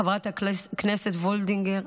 חברת הכנסת וולדיגר,